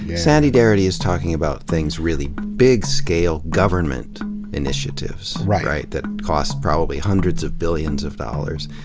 sandy darity is talking about things, really big scale government initiatives, right, that cost probably hundreds of billions of dollars.